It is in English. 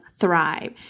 thrive